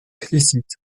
félicite